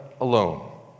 alone